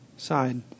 side